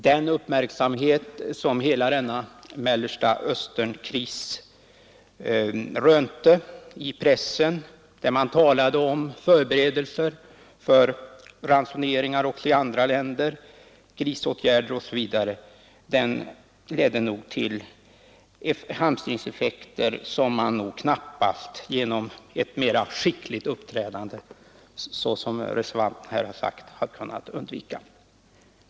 Den uppmärksamhet som hela Mellerstaösternkrisen rönte i pressen, där man talade om förberedelser för ransoneringar också i andra länder, krisåtgärder osv., ledde nog till hamstringseffekter som man knappast genom ett mera skickligt uppträdande, såsom reservanterna här har sagt, hade kunnat undvika.